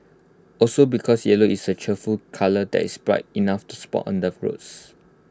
also because yellow is A cheerful colour that is bright enough to spot on the roads